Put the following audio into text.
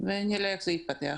ונראה איך זה יתפתח.